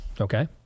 okay